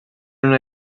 una